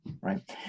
right